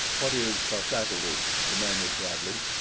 what is cos-ata-lu? demanded bradley.